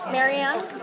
Marianne